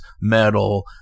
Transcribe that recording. Metal